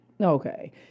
Okay